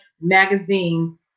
Magazine